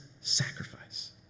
sacrifice